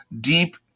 deep